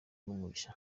n’umugisha